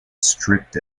stripped